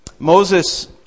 Moses